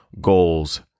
goals